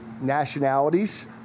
nationalities